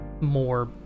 more